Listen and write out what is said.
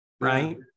Right